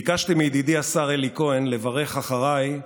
ביקשתי מידידי השר אלי כהן לברך אחריי,